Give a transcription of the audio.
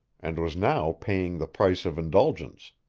and was now paying the price of indulgence.